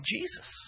Jesus